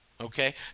okay